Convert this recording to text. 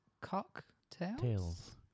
cocktails